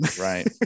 right